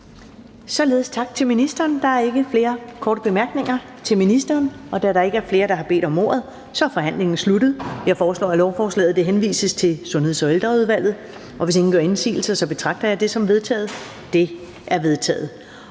siger vi tak til ministeren. Der er ikke flere korte bemærkninger til ministeren. Da der ikke er flere, der har bedt om ordet, er forhandlingen sluttet. Jeg foreslår, at lovforslaget henvises til Sundheds- og Ældreudvalget. Og hvis ingen gør indsigelse, betragter jeg det som vedtaget. Det er vedtaget.